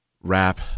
rap